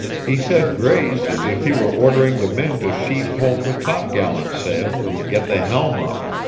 he said grace as if he were ordering the men to sheet home the topgallant-sail and get the helm up.